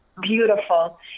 beautiful